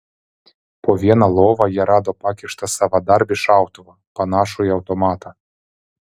po viena lova jie rado pakištą savadarbį šautuvą panašų į automatą